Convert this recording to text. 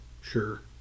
Sure